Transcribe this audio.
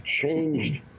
changed